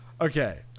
Okay